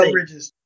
Bridges